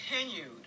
continued